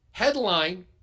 Headline